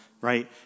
right